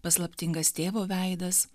paslaptingas tėvo veidas